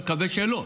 נקווה שלא.